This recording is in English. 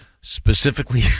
specifically